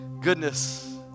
goodness